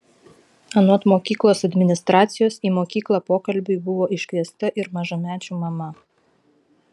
anot mokyklos administracijos į mokyklą pokalbiui buvo iškviesta ir mažamečių mama